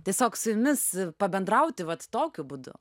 tiesiog su jumis pabendrauti vat tokiu būdu